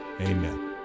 Amen